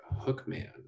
Hookman